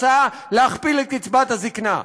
הצעה להכפיל את קצבת הזיקנה.